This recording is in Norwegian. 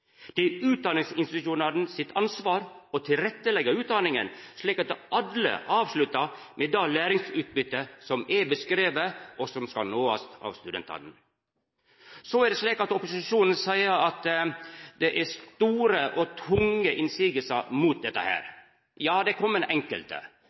Det er utdanningsinstitusjonane sitt ansvar å tilretteleggja utdanninga, slik at alle avsluttar med det læringsutbyttet som er beskrive, og som skal nåast av studentane. Så er det slik at opposisjonen seier at det er store og tunge innvendingar mot dette.